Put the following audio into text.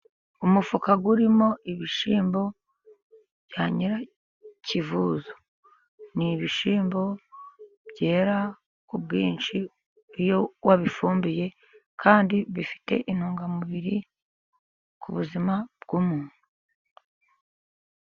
Umufuka urimo ibishyimbo bya nyirakivuzo. Ni ibishyimbo byera ku bwinshi iyo wabifumbiye, kandi bifite intungamubiri ku buzima bw'umuntu.